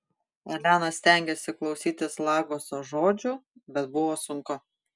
elena stengėsi klausytis lagoso žodžių bet buvo sunku